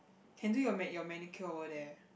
can do your ma~ your manicure over there